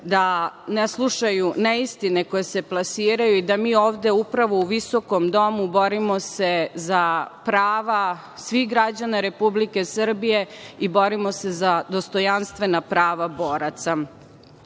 da ne slušaju neistine koje se plasiraju i da mi ovde upravo u visokom domu borimo se za prava svih građana Republike Srbije i borimo se za dostojanstvena prava boraca. Borimo